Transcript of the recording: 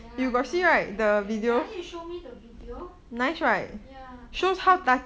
ya I know can you show me the video ya touching